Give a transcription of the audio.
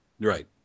Right